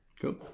Cool